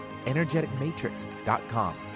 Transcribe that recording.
energeticmatrix.com